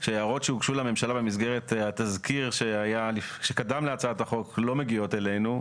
שההערות שהוגשו לממשלה במסגרת התזכיר שקדם להצעת החוק לא מגיעות אלינו.